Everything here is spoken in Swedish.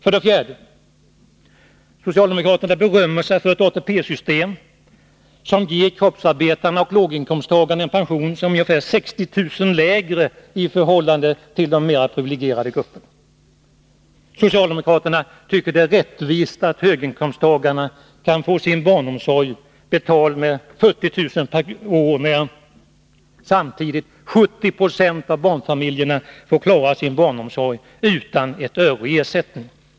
För det fjärde berömmer sig socialdemokraterna för ett ATP-system som ger kroppsarbetarna och låginkomsttagarna en pension som är ungefär 60 000 kr. lägre än de privilegierade gruppernas. För det femte tycker socialdemokraterna att det är rättvist att höginkomsttagarna kan få sin barnomsorg betald med 40 000 kr. per år, medan samtidigt 70 26 av barnfamiljerna får klara sin barnomsorg utan ett öre i ersättning.